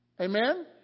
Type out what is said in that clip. Amen